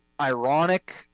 ironic